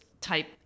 type